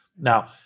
Now